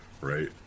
right